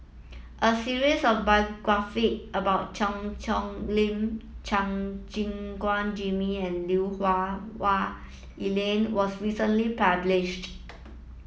a series of biography about Cheang Hong Lim Chua Gim Guan Jimmy and Lui Hah Wah Elena was recently published